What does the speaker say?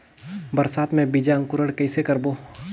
बरसात मे बीजा अंकुरण कइसे करबो?